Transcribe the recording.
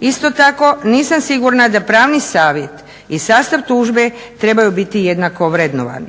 Isto tako nisam sigurna da pravni savjet i sastav tužbe trebaju biti jednako vrednovani.